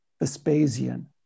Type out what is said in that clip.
Vespasian